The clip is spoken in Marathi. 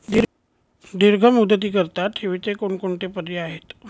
दीर्घ मुदतीकरीता ठेवीचे कोणकोणते पर्याय आहेत?